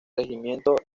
regimiento